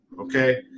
Okay